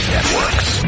Networks